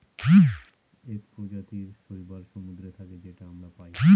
এক প্রজাতির শৈবাল সমুদ্রে থাকে যেটা আমরা পায়